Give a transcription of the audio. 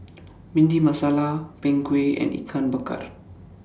Bhindi Masala Png Kueh and Ikan Bakar